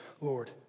Lord